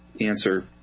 answer